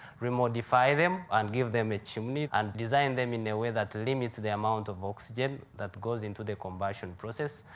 remodify them and give them a chimney, and design them in a way that limits the amount of oxygen that goes into the combustion process.